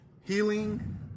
healing